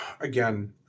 again